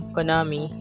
Konami